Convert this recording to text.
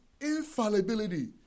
infallibility